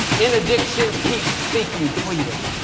in addictions, keep speaking freedom.